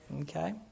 Okay